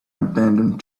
abandoned